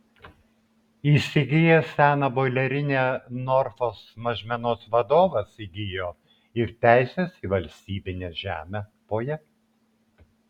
įsigijęs seną boilerinę norfos mažmenos vadovas įgijo ir teises į valstybinę žemę po ja